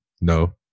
no